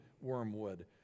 Wormwood